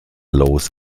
los